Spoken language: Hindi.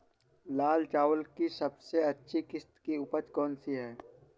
लाल चावल की सबसे अच्छी किश्त की उपज कौन सी है?